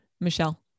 Michelle